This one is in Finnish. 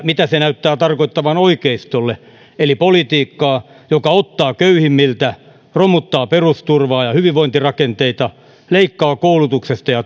mitä se näyttää tarkoittavan oikeistolle eli politiikkaa joka ottaa köyhimmiltä romuttaa perusturvaa ja hyvinvointirakenteita leikkaa koulutuksesta ja